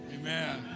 Amen